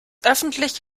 öffentlich